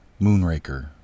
Moonraker